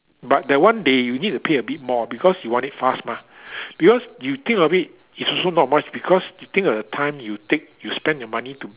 but that one they you need pay a bit more because you want it fast mah because you think of it it's also not much because you think of your time you take you spent your money to